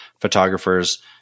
photographers